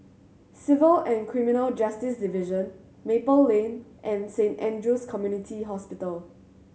Civil and Criminal Justice Division Maple Lane and Saint Andrew's Community Hospital